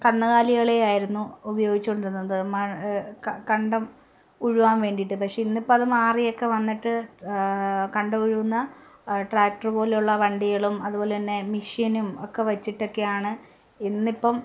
കന്നുകാലികളെയായിരുന്നു ഉപയോഗിച്ചോണ്ടിരുന്നത് മ കണ്ടം ഉഴുവാൻ വേണ്ടിയിട്ട് പക്ഷേ ഇന്നിപ്പം അത് മാറിയൊക്കെ വന്നിട്ട് കണ്ടം ഉഴുന്ന ട്രാക്ടർ പോലുള്ള വണ്ടികളും അതുപോലെ തന്നെ മെഷീനും ഒക്കെ വെച്ചിട്ടൊക്കെയാണ് ഇന്നിപ്പം